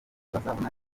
bazabona